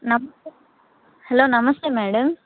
నమ హలో నమస్తే మేడం